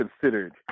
considered